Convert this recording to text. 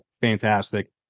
fantastic